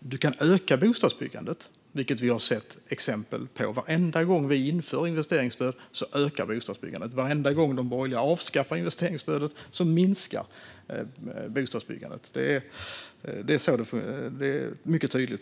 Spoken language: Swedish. Du kan öka bostadsbyggandet, vilket vi har sett exempel på. Varenda gång vi inför investeringsstöd ökar bostadsbyggandet. Varenda gång de borgerliga avskaffar investeringsstödet minskar bostadsbyggandet. Det är mycket tydligt.